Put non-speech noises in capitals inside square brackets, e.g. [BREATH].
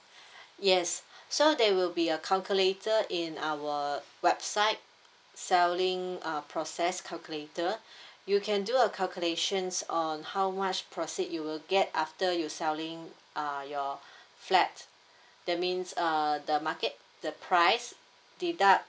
[BREATH] yes so there will be a calculator in our website selling uh process calculator [BREATH] you can do a calculations on how much proceed you will get after you selling uh your flat that means uh the market the price deduct